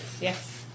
Yes